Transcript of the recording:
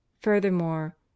Furthermore